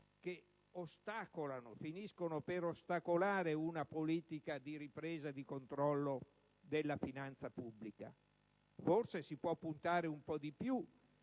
che finiscono per ostacolare una politica di ripresa e di controllo della finanza pubblica? Forse si può puntare un po' di più